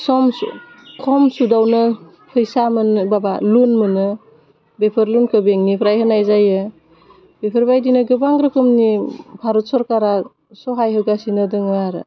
सम स खम सुतआवनो फैसा मोनो माबा लुन मोनो बेफोर लुनखो बेंकनिफ्राय होनाय जायो बेफोरबायदिनो गोबां रोखोमनि भारत सरकारा सहाय होगासिनो दोङो आरो